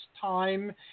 time